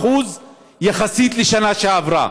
יצטרכו לחפש מקומות עבודה,